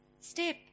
step